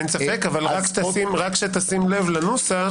אין ספק, אבל רק תשים לב לנוסח,